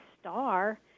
star